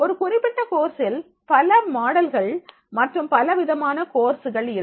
ஒரு குறிப்பிட்ட கோர்ஸில் பல மாடல்கள் மற்றும் பல விதமான கோர்ஸ்கள் இருக்கும்